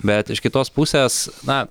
bet iš kitos pusės na